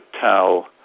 tell